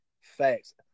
facts